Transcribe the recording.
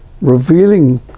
revealing